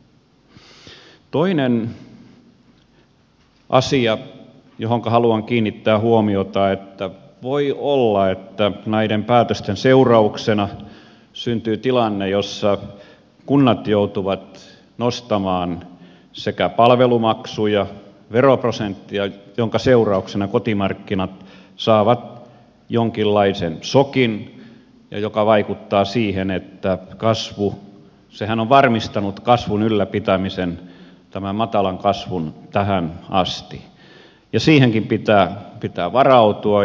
toinen asia johonka haluan kiinnittää huomiota on se että voi olla että näiden päätösten seurauksena syntyy tilanne jossa kunnat joutuvat nostamaan sekä palvelumaksuja että veroprosenttia minkä seurauksena kotimarkkinat saavat jonkinlaisen sokin ja mikä vaikuttaa siihen että kasvu ei jatku sehän on varmistanut tämän matalan kasvun ylläpitämisen tähän asti siihenkin pitää varautua